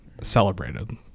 celebrated